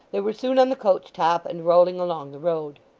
they were soon on the coach-top and rolling along the road.